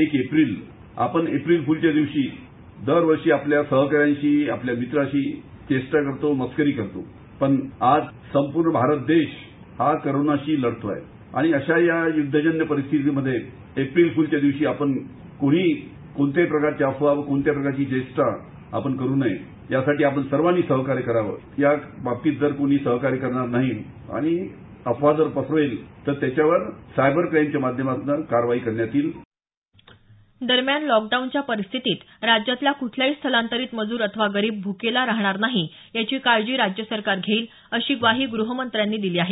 एक एप्रिल दरवर्षी आपण एप्रिल फूलच्या दिवशी आपल्या सहकाऱ्यांशी आपल्या मित्रांशी चेष्टा करतो मस्करी करतो पण आज संपूर्ण भारत देश हा कोरोनाशी लढतोय आणि युद्धजन्य परिस्थितीमध्ये एप्रिल फूल दिवशी आपण कोणीही कोणत्याही प्रकारच्या अफवा कोणत्याही प्रकारची चेष्टा आपण करु नये यासाठी आपण सहकार्य करावे याबाबतीत जर कोणी सहकार्य करणार नाही आणि अफवा जरा पसरेल तर त्याच्यावर सायबर क्राईम माध्यमातून कारवाई करण्यात येईल दरम्यान लॉकडाऊनच्या परिस्थितीत राज्यातला कुठलाही स्थलांतरित मजूर अथवा गरीब भुकेला राहणार नाही याची काळजी राज्य सरकार घेईल अशी ग्वाही गृहमंत्र्यांनी दिली आहे